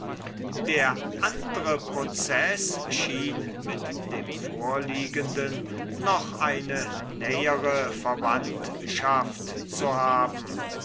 der andre proceß schien mit dem vorliegenden noch eine nähere verwandtschaft zu haben